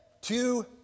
Two